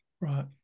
Right